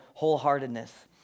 wholeheartedness